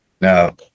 No